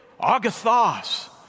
Agathos